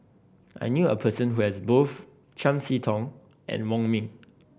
I knew a person who has both Chiam See Tong and Wong Ming